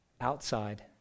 outside